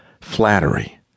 Flattery